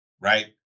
right